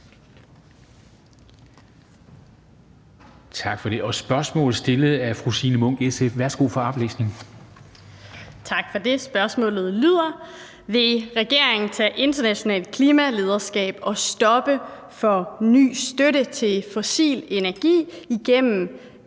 for oplæsning. Kl. 14:23 Signe Munk (SF): Tak for det. Spørgsmålet lyder: Vil regeringen tage internationalt klimalederskab og stoppe for ny støtte til fossil energi gennem